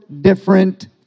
different